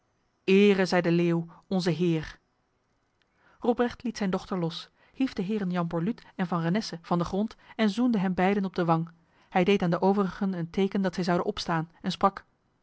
ere zij de leeuw onze heer robrecht liet zijn dochter los hief de heren jan borluut en van renesse van de grond en zoende hen beiden op de wang hij deed aan de overigen een teken dat zij zouden opstaan en sprak